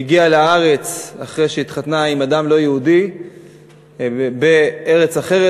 היא הגיעה לארץ אחרי שהתחתנה עם אדם לא יהודי בארץ אחרת.